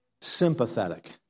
sympathetic